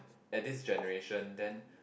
at this generation then